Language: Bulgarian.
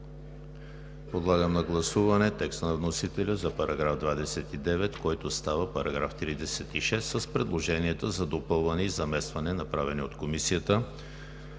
Подлагам на гласуване текста на вносителя за § 29, който става § 36, с предложенията за допълване и заместване, направени от Комисията;